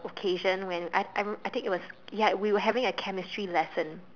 occasion when I I I think it was ya we were having a chemistry lesson